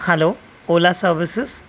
hello ola services